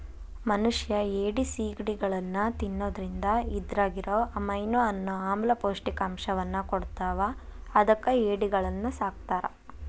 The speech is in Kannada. ಮನಷ್ಯಾ ಏಡಿ, ಸಿಗಡಿಗಳನ್ನ ತಿನ್ನೋದ್ರಿಂದ ಇದ್ರಾಗಿರೋ ಅಮೈನೋ ಅನ್ನೋ ಆಮ್ಲ ಪೌಷ್ಟಿಕಾಂಶವನ್ನ ಕೊಡ್ತಾವ ಅದಕ್ಕ ಏಡಿಗಳನ್ನ ಸಾಕ್ತಾರ